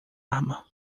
arma